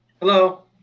hello